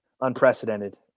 unprecedented